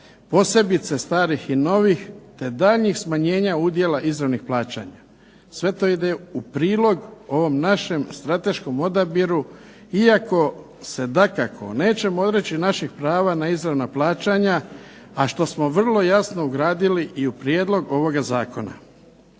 posebice starih i novih te daljnjih smanjenja udjela izravnih plaćanja. Sve to ide u prilog ovom našem strateškom odabiru iako se dakako nećemo odreći naših prava na izravna plaćanja, a što smo vrlo jasno ugradili i u prijedlog ovoga zakona.